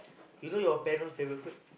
you know your parent favourite food